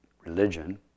religion